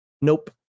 Nope